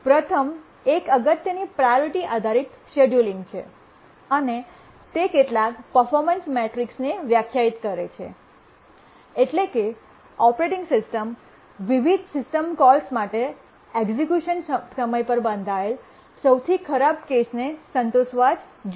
પ્રથમ એક અગત્યની પ્રાયોરિટી આધારિત શેડ્યૂલિંગ છે અને તે કેટલાક પર્ફોમન્સ મેટ્રિક્સને વ્યાખ્યાયિત કરે છે એટલે કે ઓપરેટિંગ સિસ્ટમ વિવિધ સિસ્ટમ કોલ્સ માટે એક્ઝેક્યુશન સમય પર બંધાયેલા સૌથી ખરાબ કેસને સંતોષવા જ જોઇએ